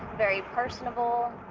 very personable.